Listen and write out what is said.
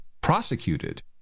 prosecuted